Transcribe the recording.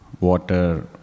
water